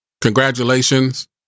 Congratulations